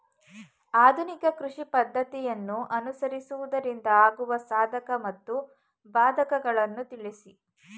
ಆಧುನಿಕ ಕೃಷಿ ಪದ್ದತಿಯನ್ನು ಅನುಸರಿಸುವುದರಿಂದ ಆಗುವ ಸಾಧಕ ಮತ್ತು ಬಾಧಕಗಳನ್ನು ತಿಳಿಸಿ?